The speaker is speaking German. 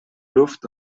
luft